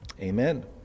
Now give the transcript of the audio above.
Amen